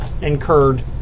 incurred